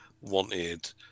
wanted